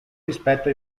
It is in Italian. rispetto